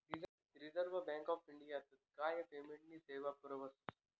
reserve bank of India तात्काय पेमेंटनी सेवा पुरावस